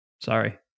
sorry